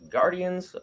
Guardians